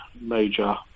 major